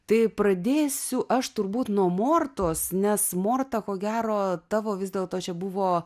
tai pradėsiu aš turbūt nuo mortos nes morta ko gero tavo vis dėl to čia buvo